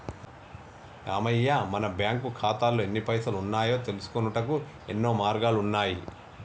రామయ్య మన బ్యాంకు ఖాతాల్లో ఎన్ని పైసలు ఉన్నాయో తెలుసుకొనుటకు యెన్నో మార్గాలు ఉన్నాయి